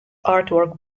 artwork